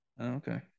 Okay